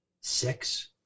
six